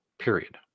Period